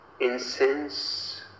incense